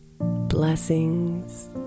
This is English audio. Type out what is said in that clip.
Blessings